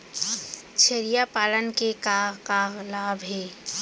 छेरिया पालन के का का लाभ हे?